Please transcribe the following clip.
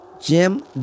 Jim